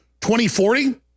2040